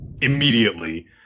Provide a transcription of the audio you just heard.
immediately